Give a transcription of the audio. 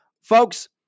Folks